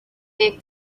make